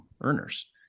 earners